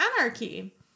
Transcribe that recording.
Anarchy